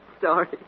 sorry